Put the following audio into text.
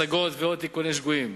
השגות ו/או תיקוני "שגויים".